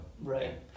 Right